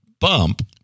bump